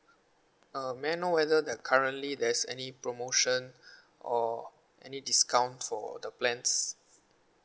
uh may I know whether there currently there's any promotion or any discount for the plans